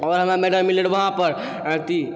आओर हमरा मैडल मिलल रहै वहांपर अथी